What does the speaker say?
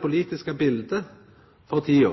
politiske biletet for tida,